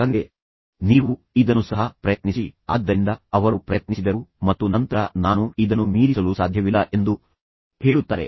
ತಂದೆ ನೀವು ಇದನ್ನು ಸಹ ಪ್ರಯತ್ನಿಸಿ ಆದ್ದರಿಂದ ಅವರು ಪ್ರಯತ್ನಿಸಿದರು ಮತ್ತು ನಂತರ ನಾನು ಇದನ್ನು ಮೀರಿಸಲು ಸಾಧ್ಯವಿಲ್ಲ ಎಂದು ಹೇಳುತ್ತಾರೆ